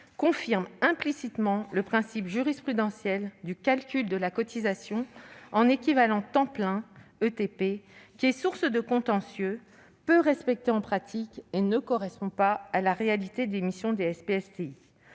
confirme implicitement le principe jurisprudentiel du calcul de la cotisation en équivalents temps plein, ou ETP, qui est source de contentieux, peu respecté en pratique et ne correspond pas à la réalité des missions des SPSTI-